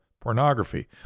pornography